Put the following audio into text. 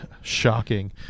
shocking